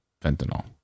fentanyl